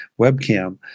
webcam